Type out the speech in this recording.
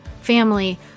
family